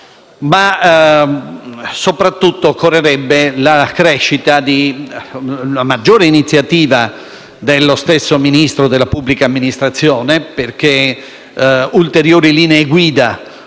Soprattutto, occorrerebbe una maggiore iniziativa dello stesso Ministro della pubblica amministrazione, perché ulteriori linee guida